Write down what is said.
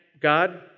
God